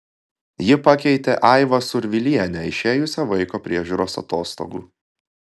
ji pakeitė aivą survilienę išėjusią vaiko priežiūros atostogų